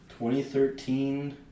2013